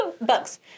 Bugs